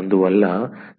అందువల్ల